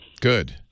Good